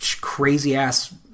crazy-ass